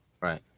Right